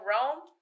Rome